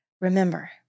remember